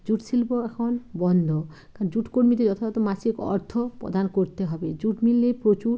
jute শিল্প এখন বন্ধ কারণ জুট কর্মীদের যথাযথ মাসিক অর্থ প্রদান করতে হবে জুট মিলে প্রচুর